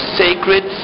sacred